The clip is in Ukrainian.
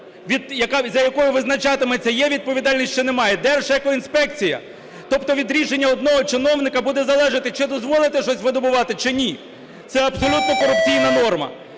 за якою визначатиметься, є відповідальність чи немає? Держекоінспекція. Тобто від рішення одного чиновника буде залежати, чи дозволити щось видобувати, чи ні. Це абсолютно корупційна норма.